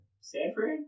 Sanford